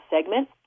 segment